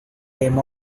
came